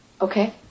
Okay